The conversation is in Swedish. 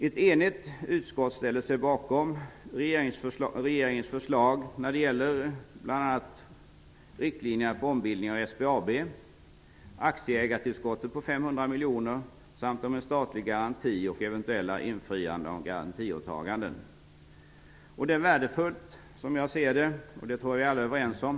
Ett enigt utskott har ställt sig bakom regeringens förslag, bl.a. när det gäller riktlinjerna för ombildning av SBAB, aktieägartillskottet på 500 miljoner samt en statlig garanti och eventuella infrianden av garantiåtaganden. Det är som jag ser det värdefullt att vi är så eniga i bostadsutskottet -- det tror jag att vi alla är överens om.